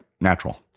natural